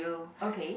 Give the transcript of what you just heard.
okay